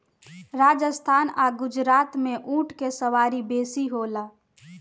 राजस्थान आ गुजरात में ऊँट के सवारी बेसी होला